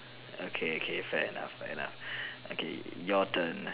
okay K fair enough fair enough okay your turn